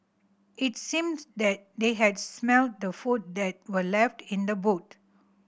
it seemed that they had smelt the food that were left in the boot